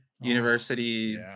university